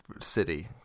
city